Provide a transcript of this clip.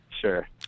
Sure